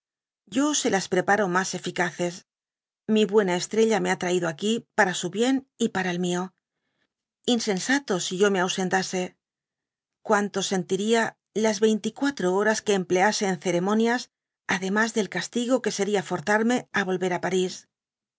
yo se las preparo mas eficaces mi buena estrella me ha traído aquí para su bien y para el nno insensato yo si me aifientase i cuanto sentiria ks yeinte y qiiatro horas que emplease en ceremoifias ademas del castigo que seria forzarme á yolycr á parís